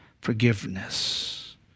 forgiveness